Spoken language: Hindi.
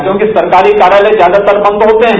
क्योंकि सरकारी कार्यालय ज्यादार बंद होते है